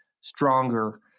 stronger